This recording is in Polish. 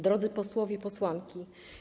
Drodzy Posłowie i Posłanki!